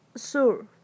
sure